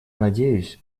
надеюсь